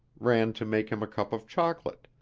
ran to make him a cup of chocolate,